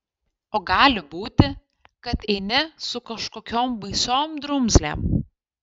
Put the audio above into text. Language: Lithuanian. o gali būti kad eini su kažkokiom baisiom drumzlėm